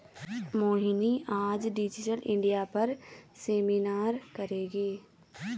मोहिनी आज digital India पर seminar करेगी